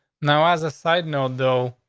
now, as a side note, though,